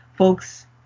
folks